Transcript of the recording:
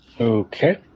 okay